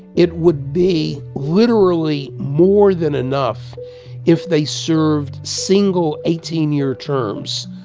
it would be literally more than enough if they served single eighteen year terms.